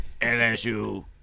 LSU